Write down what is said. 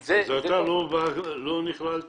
אני צריך --- אז אתה לא נכלל שם.